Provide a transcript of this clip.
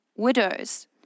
widows